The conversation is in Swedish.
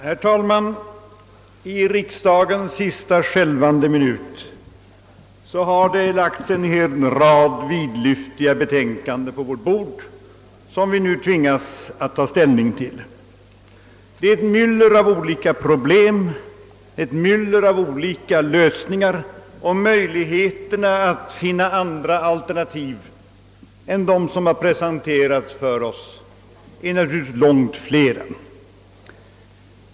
Herr talman! I riksdagens sista skälvande minut har det lagts en hel rad vidlyftiga betänkanden på vårt bord som vi nu tvingas att ta ställning till. Det möter oss ett myller av olika problem och olika lösningar, och möjligheterna att finna andra alternativ än dem som har presenterats för oss är naturligtvis långt flera.